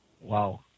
wow